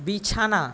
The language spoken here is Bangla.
বিছানা